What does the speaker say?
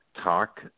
talk